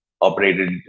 operated